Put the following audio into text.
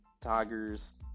Tigers